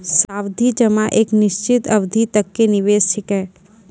सावधि जमा एक निश्चित अवधि तक के निवेश छिकै